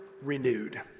renewed